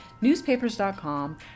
Newspapers.com